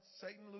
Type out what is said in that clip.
Satan